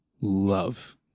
love